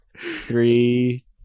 Three